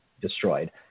destroyed